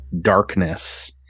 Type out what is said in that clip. darkness